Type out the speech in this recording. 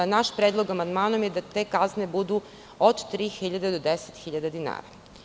Naš predlog amandmanom je da te kazne budu od 3.000 do 10.000 dinara.